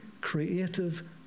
creative